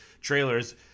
trailers